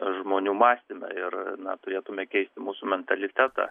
žmonių mąstyme ir mes turėtume keisti mūsų mentalitetą